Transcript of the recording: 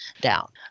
down